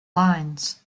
lines